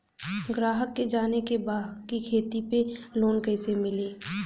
ग्राहक के जाने के बा की खेती पे लोन कैसे मीली?